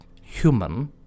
human